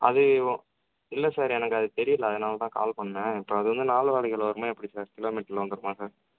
அது இல்லை சார் எனக்கு அது தெரியலை அதனால் தான் கால் பண்ணேன் இப்போ அது வந்து நாள் வாடகையில் வருமா எப்படி சார் இல்லை கிலோ மீட்டரில் வந்துருமா சார்